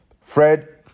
Fred